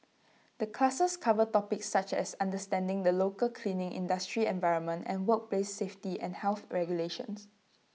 the classes cover topics such as understanding the local cleaning industry environment and workplace safety and health regulations